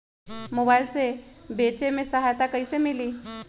Mobile से बेचे में सहायता कईसे मिली?